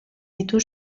ditu